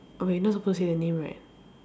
oh we not supposed to say the name right